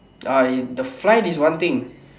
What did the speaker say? uh the flight is one thing